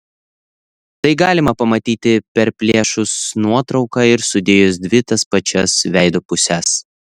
tai galima pamatyti perplėšus nuotrauką ir sudėjus dvi tas pačias veido puses